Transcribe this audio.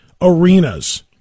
arenas